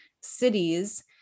cities